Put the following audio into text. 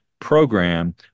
program